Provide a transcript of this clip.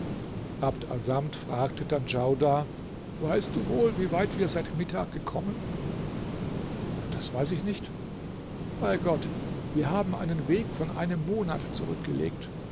abd assamd fragte dann djaudar weißt du wohl wie weit wir seit mittag gekommen das weiß ich nicht bei gott wir haben einen weg von einem monat zurückgelegt